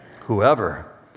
Whoever